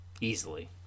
easily